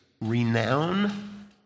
renown